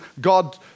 God